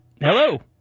hello